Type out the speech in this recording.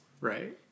Right